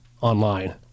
online